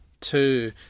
two